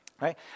right